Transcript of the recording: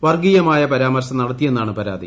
വർഗ്ഗീയമായ പരാമർശം നടത്തിയെന്നാണ് പരാതി